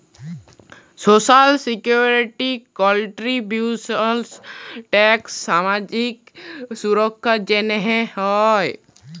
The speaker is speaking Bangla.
সোশ্যাল সিকিউরিটি কল্ট্রীবিউশলস ট্যাক্স সামাজিক সুরক্ষার জ্যনহে হ্যয়